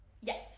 Yes